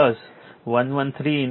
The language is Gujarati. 96 છે તેથી તે R10